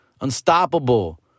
unstoppable